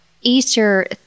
Easter